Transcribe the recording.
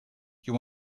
you